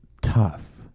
tough